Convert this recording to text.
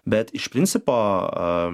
bet iš principo